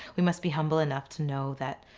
we must be humble enough to know that